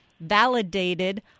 validated